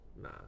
Nah